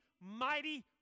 mighty